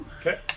Okay